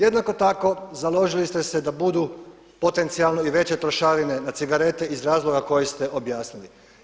Jednako tako založili ste se da budu potencijalno i veće trošarine na cigarete iz razloga koje ste objasnili.